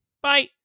Bye